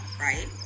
right